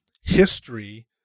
history